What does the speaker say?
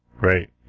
Right